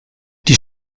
die